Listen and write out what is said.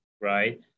right